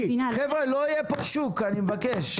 חבר'ה, לא יהיה פה שוק, אני מבקש.